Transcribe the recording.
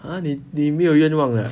啊你你没有愿望啊